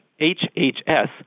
HHS